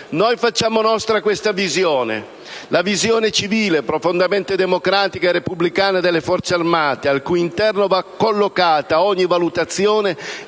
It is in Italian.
Noi facciamo nostra questa visione, la visione civile, profondamente democratica e repubblicana delle Forze armate, al cui interno va collocata ogni valutazione